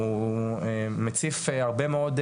הוא מציף הרבה מאוד,